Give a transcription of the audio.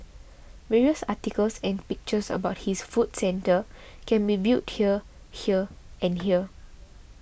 various articles and pictures about this food centre can be viewed here here and here